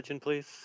please